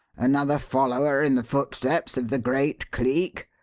another follower in the footsteps of the great cleek?